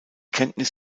kenntnis